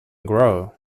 grow